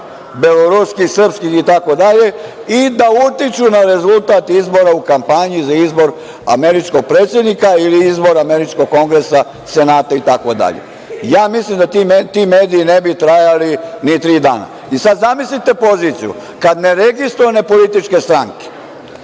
beloruskih, srpskih itd, i da utiču na rezultat izbora u kampanji, za izbor američkog predsednika, ili izbor američkog kongresa, senata itd. Mislim da ti mediji ne bi trajali ni tri dana. Zamislite poziciju, kada se neregistrovane političke stranke